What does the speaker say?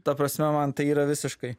ta prasme man tai yra visiškai